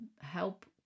help